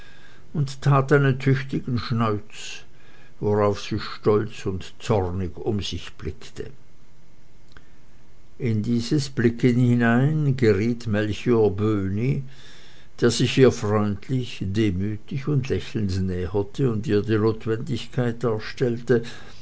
und tat einen tüchtigen schneuz worauf sie stolz und zornig um sich blickte in dieses blicken hinein geriet melchior böhni der sich ihr freundlich demütig und lächelnd näherte und ihr die notwendigkeit darstellte